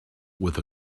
with